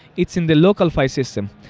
it's in the local file system.